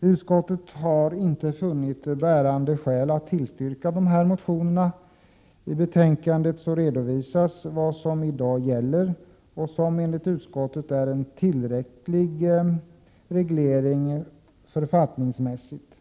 Utskottet har inte funnit några bärande skäl för att tillstyrka de här motionerna. I betänkandet redovisas vad som gäller i dag, som enligt utskottet innebär en tillräcklig reglering författningsmässigt.